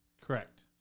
Correct